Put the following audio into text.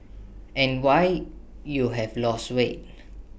and why you have lost weight